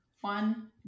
one